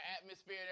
atmosphere